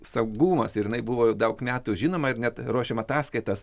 saugumas ir jinai jau buvo daug metų žinoma ir net ruošėm ataskaitas